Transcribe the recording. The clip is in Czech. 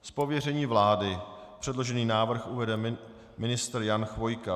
Z pověření vlády předložený návrh uvede ministr Jan Chvojka.